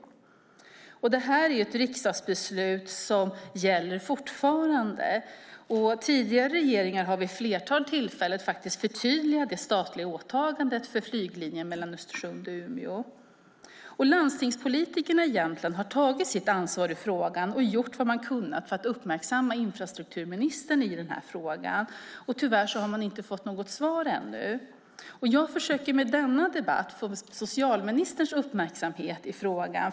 Detta är ett riksdagsbeslut som fortfarande gäller. Tidigare regeringar har vid flera tillfällen förtydligat det statliga åtagandet för flytlinjen mellan Östersund och Umeå. Landstingspolitikerna i Jämtland har tagit sitt ansvar och gjort vad de kunnat för att uppmärksamma infrastrukturministern på frågan. Tyvärr har man ännu inte fått något svar. Jag försöker med denna debatt få socialministerns uppmärksamhet.